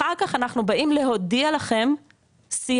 אחר כך אנחנו באים להודיע לכם, סיימנו,